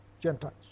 Gentiles